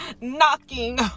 knocking